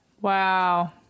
Wow